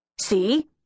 See